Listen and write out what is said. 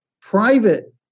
private